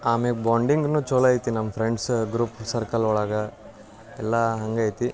ಆಮ್ಯಾಲ್ ಬಾಂಡಿಂಗ್ನೂ ಚೊಲೋ ಐತಿ ನಮ್ಮ ಫ್ರೆಂಡ್ಸ್ ಗ್ರೂಪ್ ಸರ್ಕಲ್ ಒಳಗೆ ಎಲ್ಲ ಹಂಗೆ ಐತಿ